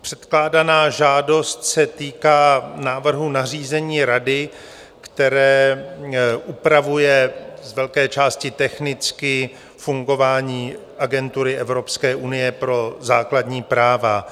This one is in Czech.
Předkládaná žádost se týká návrhu nařízení Rady, které upravuje z velké části technicky fungování Agentury Evropské unie pro základní práva.